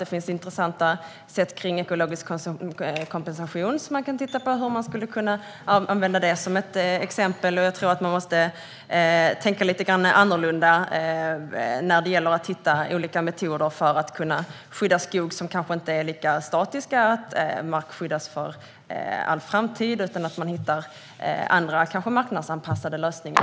Det finns intressanta alternativ, exempelvis ekologisk kompensation, och man skulle kunna titta på hur exempelvis detta skulle kunna användas. Jag tror att man måste tänka lite annorlunda när det gäller att hitta olika metoder för att kunna skydda skog som kanske inte är lika statiska - att mark inte ska skyddas för all framtid. Man kanske kan hitta andra marknadsanpassade lösningar.